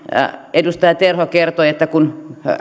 edustaja terho kertoi että